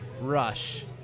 rush